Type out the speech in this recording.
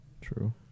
True